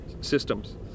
systems